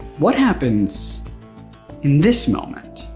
what happens in this moment,